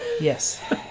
Yes